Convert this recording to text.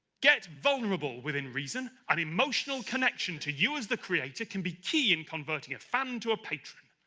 get vulnerable within reason an emotional connection to you as the creator can be key in converting a fan to a patron